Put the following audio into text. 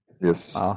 Yes